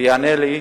ויענה לי,